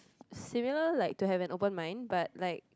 similar like to have an open mind but like